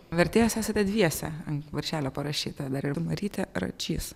vertėjos esate dviese ant viršelio parašyta dar ir marytė račys